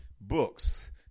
books